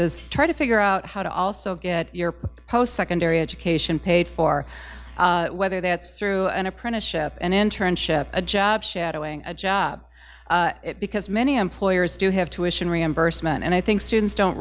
is trying to figure out how to also get your post secondary education paid for whether that's through an apprenticeship an internship a job shadowing a job because many employers do have to issue an reimbursement and i think students don't